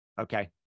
Okay